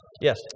Yes